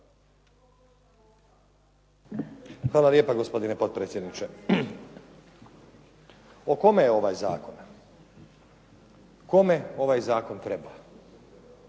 Hvala lijepa gospodine predsjedniče. O kome je ovaj zakon? Kome ovaj zakon treba?